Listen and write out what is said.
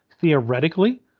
theoretically